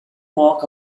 walk